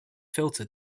filter